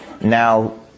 Now